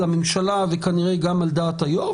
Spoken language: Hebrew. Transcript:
על הממשלה וכנראה גם על דעת היושב-ראש,